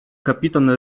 kapitan